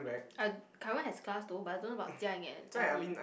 I Kai-Wen has class though but I don't know about JiaYing and Alvin